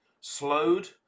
slowed